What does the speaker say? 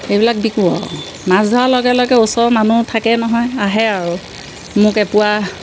সেইবিলাক বিকো আৰু মাছ ধৰাৰ লগে লগে ওচৰৰ মানুহ থাকে নহয় আহে আৰু মোক এপোৱা